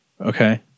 okay